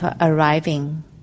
arriving